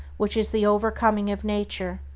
which is the overcoming of nature,